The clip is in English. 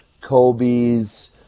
Kobe's